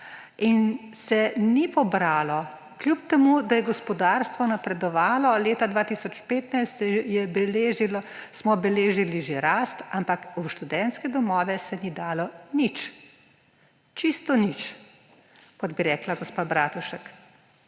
dalje ni pobralo, kljub temu da je gospodarstvo napredovalo. Leta 2015 smo beležili že rast, ampak v študentske domove se ni dalo nič; čisto nič, kot bi rekla gospa Bratušek.